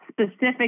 specific